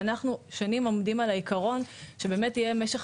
ואנחנו שנים עומדים על העקרון שבאמת תהיה משך